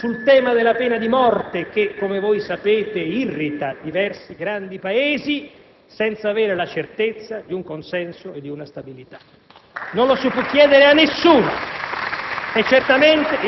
Il Governo italiano non può trovarsi nelle prossime settimane ad affrontare la difficile sfida, ad esempio, dell'atteggiamento internazionale verso un nuovo governo palestinese,